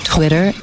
Twitter